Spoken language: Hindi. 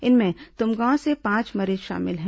इनमें तुमगांव से पांच मरीज शामिल हैं